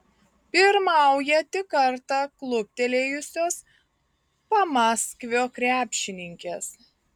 pirmauja tik kartą kluptelėjusios pamaskvio krepšininkės